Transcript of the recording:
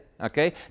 okay